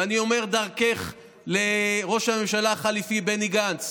ואני אומר דרכך לראש הממשלה החליפי בני גנץ: